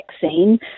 vaccine